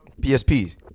PSP